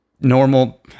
normal